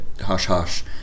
hush-hush